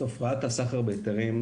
תופעת הסחר בהיתרים,